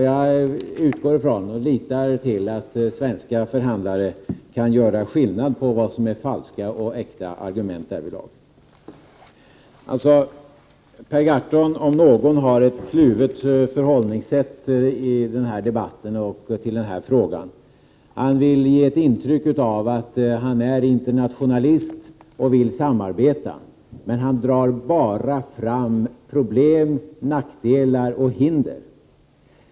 Jag utgår ifrån och litar till att svenska förhandlare kan göra skillnad på vad som är falska och äkta argument därvidlag. Per Gahrton om någon har ett kluvet förhållningssätt i den här debatten och till den här frågan. Han vill ge ett intryck av att han är internationalist och att han vill samarbeta. Han drar dock bara fram problem, nackdelar och hinder.